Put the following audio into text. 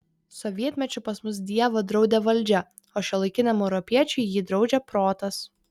sovietmečiu pas mus dievą draudė valdžia o šiuolaikiniam europiečiui jį draudžia protas